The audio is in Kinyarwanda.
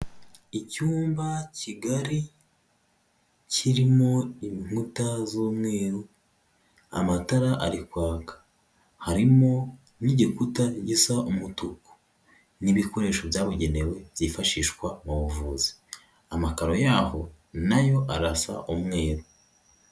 Icyumba kigari kirimo inkuta z'umweru, amatara ari kwaka, harimo n'igikuta gisa umutuku n'ibikoresho byabugenewe byifashishwa mu buvuzi, amakaro y'aho nayo arasa umweru.